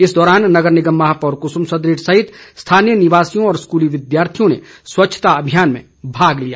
इस दौरान नगर निगम महापौर कुसुम सदरेट सहित स्थानीय निवासियों और स्कूली विद्यार्थियों ने स्वच्छता अभियान में भाग लिया